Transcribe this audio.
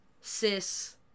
cis